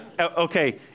Okay